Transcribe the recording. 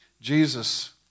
Jesus